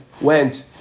went